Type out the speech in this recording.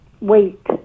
wait